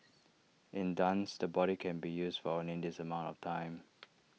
in dance the body can be used for only this amount of time